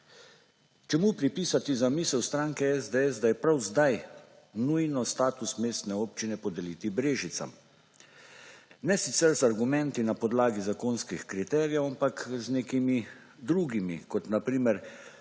Čemu pripisati zamisel stranke SDS, da je prav zdaj nujno status mestne občine podeliti Brežicam. Ne sicer z argumenti na podlagi zakonskih kriterijev, ampak z nekimi drugimi, kot na primer,